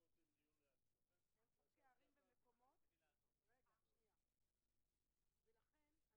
חוזר ומזכיר לכל המנגנון הנפלא של המדינה,